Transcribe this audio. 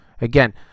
Again